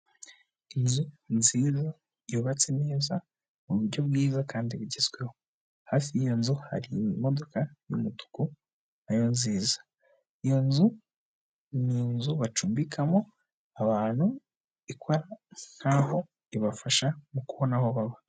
Inzu nziza yubatse neza mu buryo bwiza kandi bugezweho, hafi y'iyo nzu hari imodoka y'umutuku nayo nziza, iyo nzu ni inzu bacumbikamo abantu ikora nk'aho ibafasha mu kubona aho baba.